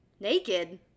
Naked